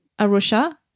arusha